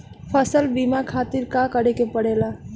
फसल बीमा खातिर का करे के पड़ेला?